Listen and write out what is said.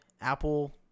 apple